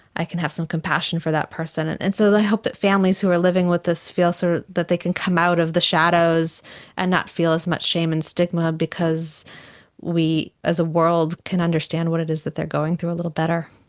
i can have some compassion for that person. and and so i hope that families who are living with this feel so that they can come out of the shadows and not feel as much shame and stigma because we as a world can understand what it is that they are going through a little bit better.